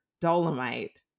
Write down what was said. Dolomite